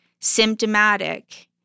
symptomatic